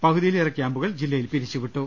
പകുതിയിലേറെ ക്യാമ്പു കൾ ജില്ലയിൽ പിരിച്ചുവിട്ടു